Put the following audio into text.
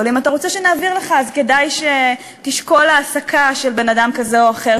אבל אם אתה רוצה שנעביר לך אז כדאי שתשקול העסקה של בן-אדם כזה או אחר,